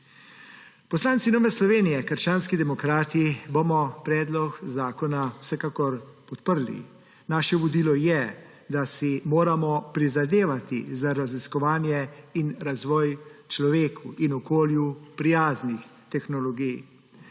Poslanci Nove Slovenije – krščanski demokrati bomo predlog zakona vsekakor podprli. Naše vodilo je, da si moramo prizadevati za raziskovanje in razvoj človeku in okolju prijaznih tehnologij.